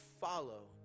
follow